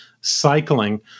cycling